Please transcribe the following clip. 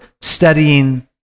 studying